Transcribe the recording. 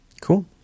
Cool